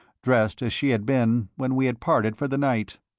dressed as she had been when we had parted for the night.